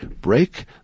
break